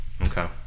Okay